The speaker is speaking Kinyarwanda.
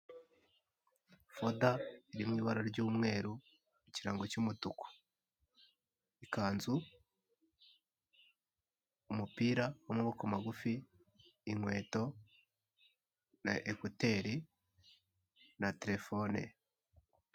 Foda iri mu ibara ry'umweru mu kirango cy'umutuku, ikanzu, umupira w'amaboko magufi, inkweto na ekuteri na telefone.